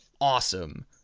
awesome